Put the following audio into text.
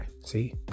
see